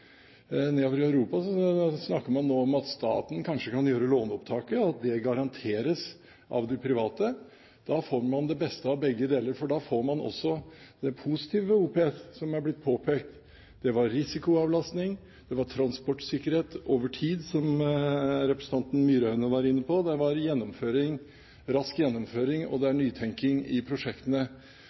Nedover i Europa snakker man nå om at staten kanskje kan gjøre låneopptaket, og at det garanteres av de private. Da får man det beste av begge deler, for da får man også det positive ved OPS, som er blitt påpekt: Det er risikoavlastning, det er transportsikkerhet over tid, som representanten Myraune var inne på, det er rask gjennomføring, og det er nytenking i prosjektene.